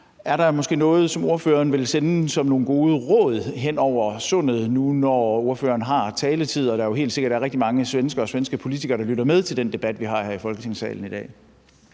Er der noget, som ordføreren vil sende som nogle gode råd over Sundet, nu, hvor ordføreren har taletid og der jo helt sikkert er rigtig mange svenskere og svenske politikere, der lytter med til den debat, vi har her i Folketingssalen i dag?